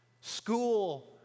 school